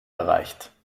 erreicht